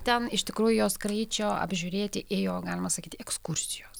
ten iš tikrųjų jos kraičio apžiūrėti ėjo galima sakyti ekskursijos